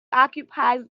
occupies